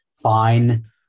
fine